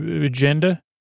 agenda